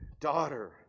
Daughter